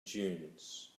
dunes